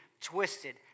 twisted